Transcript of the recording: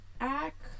act